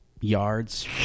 yards